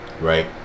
right